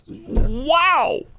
Wow